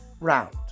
round